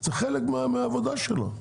זה חלק מהעבודה שלו.